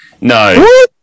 no